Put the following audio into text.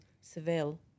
seville